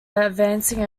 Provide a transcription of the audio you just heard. advancing